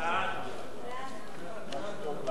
היתה פה טעות,